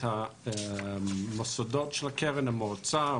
את המוסדות של הקרן: המועצה,